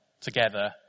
together